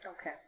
Okay